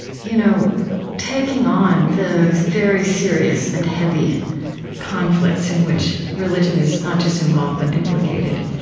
you know taking on the very serious and heavy conflicts in which religion is not just involved, but implicated,